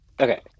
Okay